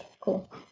cool